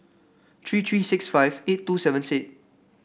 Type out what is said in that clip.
three three six five eight two seven six